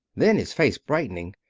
then, his face brightening,